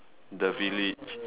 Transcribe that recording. the village